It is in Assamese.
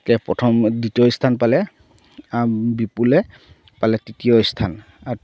কে প্ৰথম দ্বিতীয় স্থান পালে বিপুলে পালে তৃতীয় স্থান